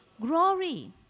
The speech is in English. glory